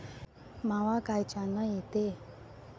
मावा कायच्यानं येते?